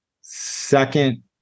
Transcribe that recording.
second